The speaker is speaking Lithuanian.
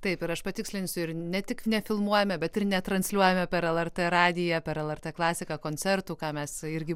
taip ir aš patikslinsiu ir ne tik nefilmuojame bet ir netransliuojame per lrt radiją per lrt klasiką koncertų ką mes irgi